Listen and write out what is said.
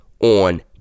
on